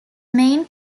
main